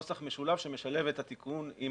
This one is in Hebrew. יש לכם גם נוסח משולב שמשלב את התיקון עם